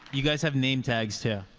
you guys have name tags, too.